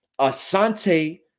Asante